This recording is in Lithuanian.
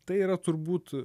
tai yra turbūt